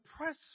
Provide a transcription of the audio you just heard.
press